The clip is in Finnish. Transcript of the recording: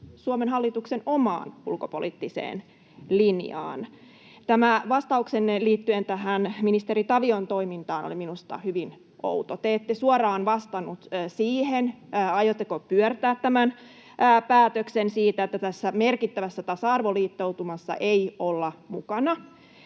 Suomen hallituksen omaan ulkopoliittiseen linjaan. Tämä vastauksenne liittyen tähän ministeri Tavion toimintaan oli minusta hyvin outo. Te ette suoraan vastannut siihen, aiotteko pyörtää tämän päätöksen siitä, että tässä merkittävässä tasa-arvoliittoutumassa ei olla mukana.